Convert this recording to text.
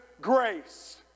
grace